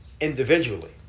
individually